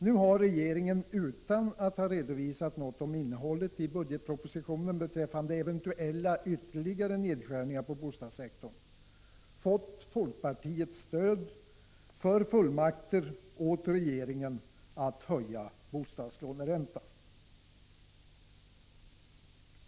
Nu har regeringen utan att ha redovisat något om innehållet i budgetpropositionen beträffande eventuella ytterligare nedskärningar på bostadssektorn fått folkpartiets stöd för fullmakter åt regeringen att höja bostadslåneräntan.